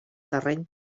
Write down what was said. terreny